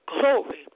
glory